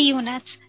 units